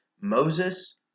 Moses